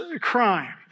crime